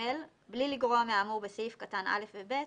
(ג)בלי לגרוע מהאמור בסעיף קטן (א) ו-(ב),